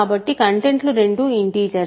కాబట్టి కంటెంట్లు రెండూ ఇంటిజర్స్